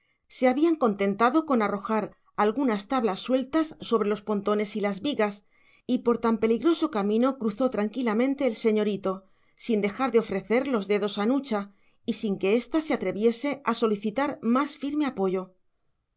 se habían contentado con arrojar algunas tablas sueltas sobre los pontones y las vigas y por tan peligroso camino cruzó tranquilamente el señorito sin dejar de ofrecer los dedos a nucha y sin que ésta se atreviese a solicitar más firme apoyo